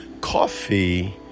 Coffee